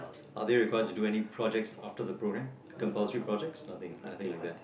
are they required to do any projects after the program compulsory projects nothing nothing like that